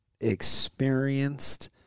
experienced